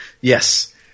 Yes